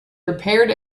prepared